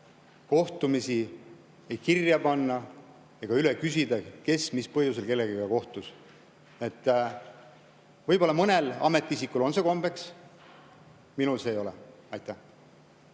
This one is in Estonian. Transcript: kohtumisi kirja panna ega üle küsida, kes mis põhjusel kellegagi kohtus. Võib-olla mõnel ametiisikul on see kombeks, minul ei ole. Aitäh